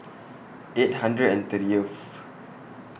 eight hundred and thirtieth